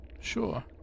sure